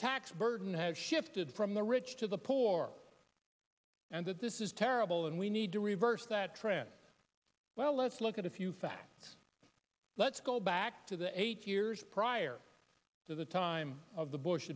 tax burden has shifted from the rich to the poor and that this is terrible and we need to reverse that trend well let's look at a few facts let's go back to the eight years prior to the time of the bush